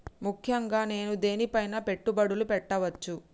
ముఖ్యంగా నేను దేని పైనా పెట్టుబడులు పెట్టవచ్చు?